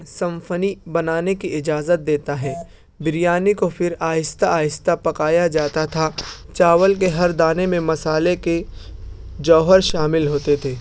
symphony بنانے کی اجازت دیتا ہے بریانی کو پھر آہستہ آہستہ پکایا جاتا تھا چاول کے ہر دانے میں مسالے کے جوہر شامل ہوتے تھے